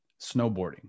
snowboarding